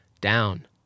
down